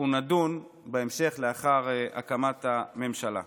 נדון בהם בהמשך לאחר הקמת הממשלה.